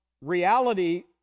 reality